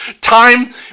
time